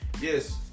yes